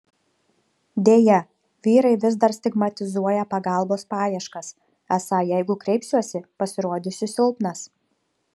deja vyrai vis dar stigmatizuoja pagalbos paieškas esą jeigu kreipsiuosi pasirodysiu silpnas